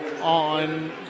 on